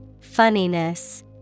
Funniness